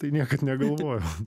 tai niekad negalvojau